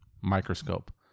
microscope